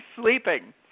sleeping